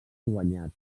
guanyats